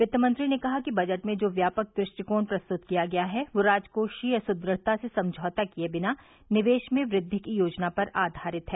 वित्तमंत्री ने कहा कि बजट में जो व्यापक दृष्टिकोण प्रस्तुत किया गया है वह राजकोषीय सुद्द ढता से समझौता किये बिना निवेश में वृद्धि की योजना पर आधारित है